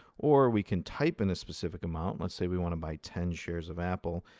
or we can type in a specific amount. let's say we want to buy ten shares of apple.